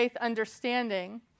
understanding